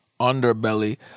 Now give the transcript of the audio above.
underbelly